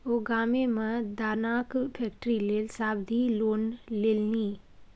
ओ गाममे मे दानाक फैक्ट्री लेल सावधि लोन लेलनि